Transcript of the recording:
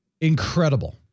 Incredible